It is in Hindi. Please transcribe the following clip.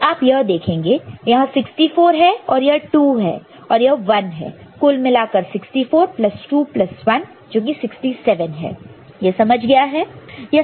यदि आप यह देखेंगे यह 64 है और यह 2 है और यह 1 है कुल मिलाकर 64 प्लस 2 प्लस 1 जो 67 है यह समझ गया है